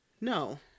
No